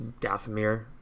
Dathomir